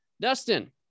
dustin